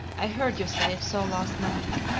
i heard you say so last night.